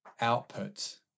output